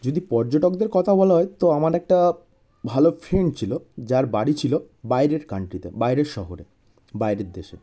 যদি পর্যটকদের কথা বলা হয় তো আমার একটা ভালো ফ্রেন্ড ছিল যার বাড়ি ছিল বাইরের কান্ট্রিতে বাইরে শহরে বাইরের দেশে